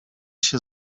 się